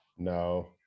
No